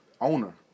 owner